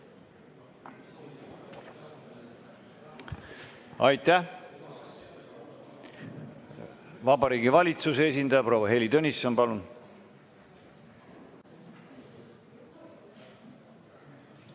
Aitäh! Vabariigi Valitsuse esindaja proua Heili Tõnisson, palun!